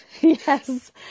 Yes